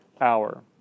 hour